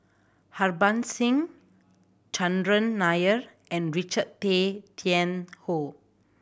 Harbans Singh Chandran Nair and Richard Tay Tian Hoe